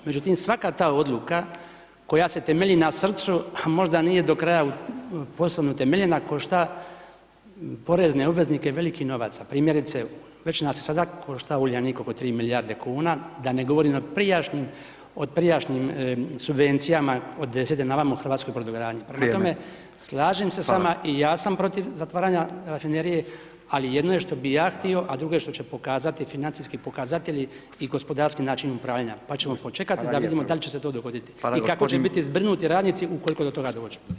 Međutim, svaka ta odluka koja se temelji na srcu možda nije do kraja poslovno utemeljena košta porezne obveznike velikih novaca, primjerice već nas i sada košta Uljanik oko 3 milijarde kuna, da ne govorim o prijašnjim, o prijašnjim subvencijama od '10. na ovamo u hrvatskoj brodogradnji [[Upadica: Vrijeme.]] prema tome slažem se s vama [[Upadica: Hvala.]] i ja sam protiv zatvaranja rafinerije, ali jedno je što bih ja htio, a drugo je što će pokazati financijski pokazatelji i gospodarski načini upravljanja, pa ćemo počekati [[Upadica: Hvala lijepo.]] da vidimo dal će se to dogoditi i kako će biti zbrinuti radnici ukoliko do toga dođe.